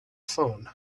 phone